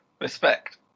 Respect